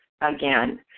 again